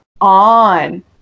on